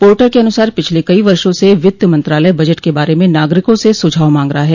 portal के अनुसार पिछले कई वर्षों से वित्त मंत्रालय बजट के बारे में नागरिकों से सुझाव मांग रहा है